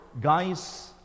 Guys